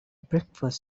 breakfast